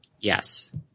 Yes